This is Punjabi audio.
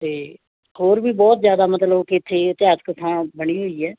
ਅਤੇ ਹੋਰ ਵੀ ਬਹੁਤ ਜ਼ਿਆਦਾ ਮਤਲਬ ਕਿ ਇੱਥੇ ਇਤਿਹਾਸਿਕ ਥਾਂ ਬਣੀ ਹੋਈ ਹੈ